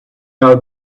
how